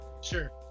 sure